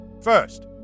first